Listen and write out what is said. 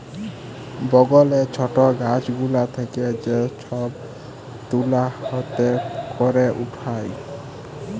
বগলে ছট গাছ গুলা থেক্যে যে সব তুলা হাতে ক্যরে উঠায়